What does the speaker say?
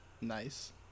Nice